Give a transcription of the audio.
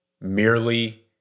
merely